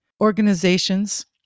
organizations